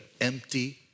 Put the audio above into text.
empty